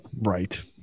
right